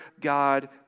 God